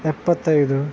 ಎಪ್ಪತ್ತೈದು